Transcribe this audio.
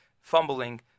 fumbling